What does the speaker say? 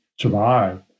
survive